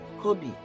Kobe